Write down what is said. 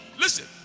Listen